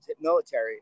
military